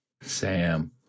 Sam